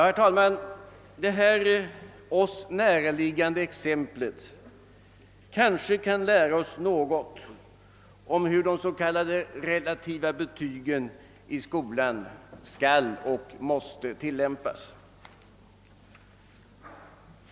Herr talman! Detta oss näraliggande exempel kanske kan lära oss något om hur den s.k. relativa betygsättningen i skolan skall och måste tillämpas.